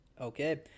okay